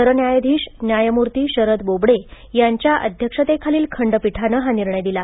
सरन्यायाधीश न्यायमूर्ती शरद बोबडे यांच्या अध्यक्षतेखालील खंडपीठानं हा निर्णय दिला